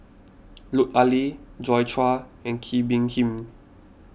Lut Ali Joi Chua and Kee Bee Khim